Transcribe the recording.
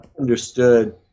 understood